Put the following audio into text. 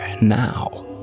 now